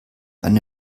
eine